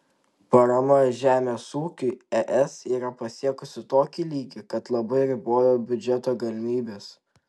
parama žemės ūkiui es yra pasiekusį tokį lygį kad labai riboja biudžeto galimybes